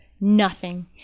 Nothing